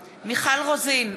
רוזין,